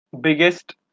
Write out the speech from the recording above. biggest